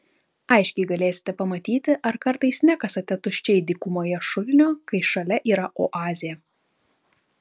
aiškiai galėsite pamatyti ar kartais nekasate tuščiai dykumoje šulinio kai šalia yra oazė